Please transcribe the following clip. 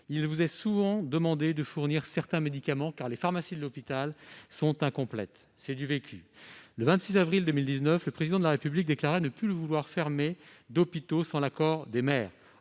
l'on vous demande de fournir certains médicaments, car les pharmacies de l'hôpital sont incomplètes ... C'est du vécu ! Le 26 avril 2019, le Président de la République déclarait ne plus vouloir fermer d'hôpitaux sans l'accord des maires.